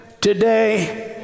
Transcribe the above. today